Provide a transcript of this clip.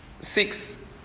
six